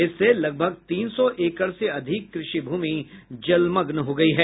इससे लगभग तीन सौ एकड़ से अधिक कृषि भूमि जलमग्न हो गयी है